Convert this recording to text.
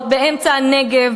באמצע הנגב,